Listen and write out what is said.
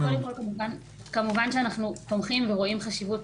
קודם כל, כמובן שאנחנו תומכים ורואים חשיבות